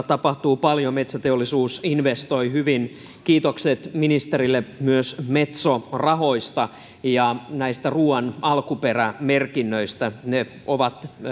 tapahtuu paljon metsäteollisuus investoi hyvin kiitokset ministerille myös metso rahoista ja näistä ruuan alkuperämerkinnöistä ne ovat